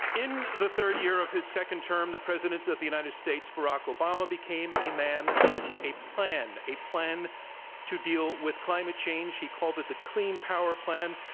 in the third year of his second term, the president of the united states, barack obama, became a man with a plan, a plan to deal with climate change. he called it the clean power plan,